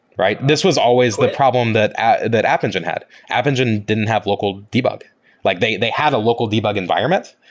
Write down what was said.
this was always the problem that app that app engine had. app engine didn't have local debug. like they they had a local debug environment,